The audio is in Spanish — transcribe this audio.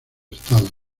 estados